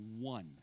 one